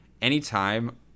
anytime